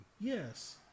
Yes